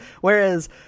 Whereas